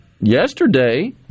yesterday